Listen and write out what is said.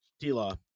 T-Law